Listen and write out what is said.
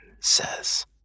says